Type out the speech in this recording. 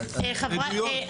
עדויות.